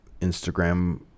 Instagram